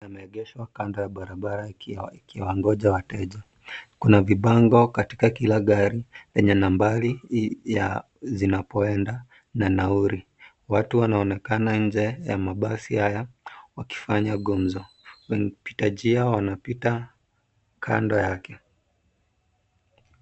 Yameegeshwa kando ya barabara yakiwa ngoja wateja. Kuna vibango katika kila gari lenye nambari ya zinapoenda na nauli. Watu wanaonekana nje ya mabasi haya wakifanya gumzo. Wapitanjia wanapita kando yake.